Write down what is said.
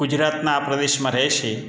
ગુજરાતનાં પ્રદેશમાં રહે છે